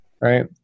right